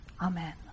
Amen